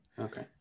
okay